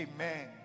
Amen